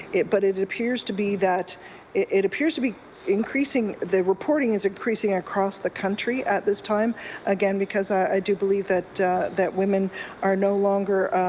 but it appears to be that it appears to be increasing the reporting is increasing across the country at this time again because i do believe that that women are no longer